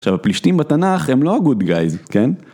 עכשיו הפלישתים בתנ״ך הם לא גוד גייז, כן?